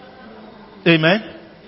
Amen